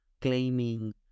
claiming